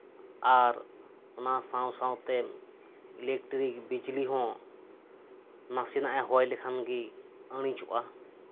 ᱟᱨ ᱚᱱᱟ ᱥᱟᱶ ᱥᱟᱶᱛᱮ ᱤᱞᱮᱠᱴᱨᱤᱠ ᱵᱤᱡᱽᱞᱤ ᱦᱚᱸ ᱱᱟᱥᱮᱱᱟᱜᱼᱮ ᱦᱚᱭ ᱞᱮᱠᱷᱟᱱ ᱜᱮ ᱤᱲᱤᱡᱚᱜᱼᱟ